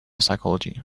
psychology